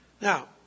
Now